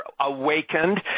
awakened